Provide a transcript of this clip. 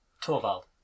Torvald